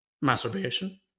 masturbation